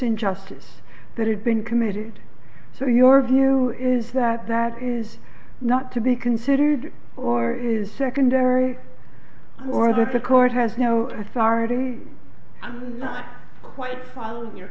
injustice that had been committed so your view is that that is not to be considered or is secondary or that the court has no authority and is not quite following your